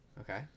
Okay